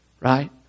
Right